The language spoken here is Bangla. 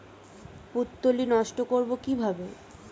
পুত্তলি নষ্ট করব কিভাবে?